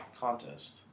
contest